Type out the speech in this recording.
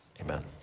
amen